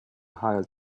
hire